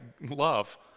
love